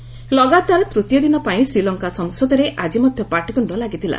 ଶ୍ରୀଲଙ୍କା ଲଗାତାର ତୃତୀୟ ଦିନ ପାଇଁ ଶ୍ରୀଲଙ୍କା ସଂସଦରେ ଆଜି ମଧ୍ୟ ପାଟିତ୍ରୁଷ୍ଠ ଲାଗିଥିଲା